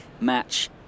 match